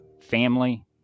family